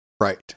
Right